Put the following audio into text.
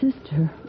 sister